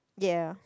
ya